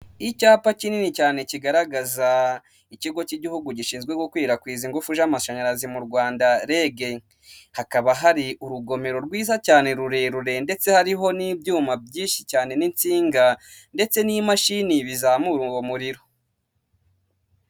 Icyapa kinini cyane, kigaragaza ikigo cy'igihugu gishinzwe gukwirakwiza ingufu z'amashanyarazi mu Rwanda, rege. Hakaba hari urugomero rwiza cyane, rurerure, ndetse hariho n'ibyuma byinshi cyane, n'insinga, ndetse n'imashini, bizamura uwo muriro.